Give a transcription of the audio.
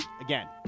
again